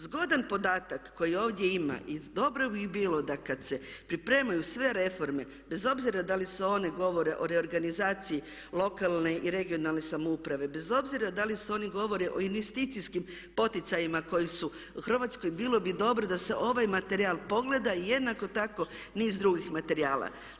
Zgodan podatak koji ovdje ima i dobro bi bilo da kada se pripremaju sve reforme, bez obzira da li se one govore o reorganizaciji lokalne i regionalne samouprave, bez obzira da li one govore o investicijskim poticajima koji su u Hrvatskoj bilo bi dobro da se ovaj materijal pogleda i jednako tako niz drugih materijala.